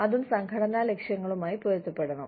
അതും സംഘടനാ ലക്ഷ്യങ്ങളുമായി പൊരുത്തപ്പെടണം